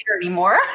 anymore